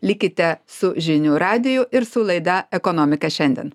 likite su žinių radiju ir su laida ekonomika šiandien